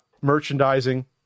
merchandising